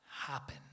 happen